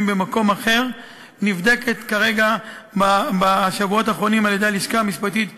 במקום אחר נבדקת בשבועות האחרונים על-ידי הלשכה המשפטית במשרדנו.